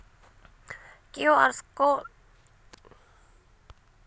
QR code scanner అవ్వకపోతే ఏం చేయాలి?